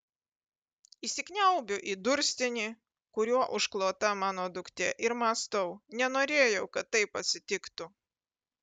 įsikniaubiu į durstinį kuriuo užklota mano duktė ir mąstau nenorėjau kad taip atsitiktų